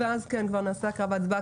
חלופות.